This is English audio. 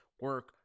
Work